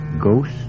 ghost